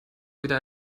wieder